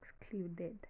excluded